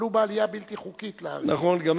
עלו בעלייה בלתי חוקית לארץ.